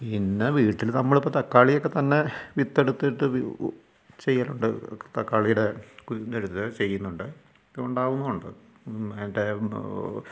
പിന്നെ വീട്ടില് നമ്മളിപ്പോൾ തക്കാളി ഒക്കെ തന്നെ വിത്തെടുത്തിട്ട് ചെയ്യൽ ഉണ്ട് തക്കാളിയുടെ കുരുന്നെടുത്ത് ചെയ്യുന്നുണ്ട് ഇത് ഉണ്ടാവുന്നുണ്ട് മറ്റേ